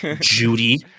Judy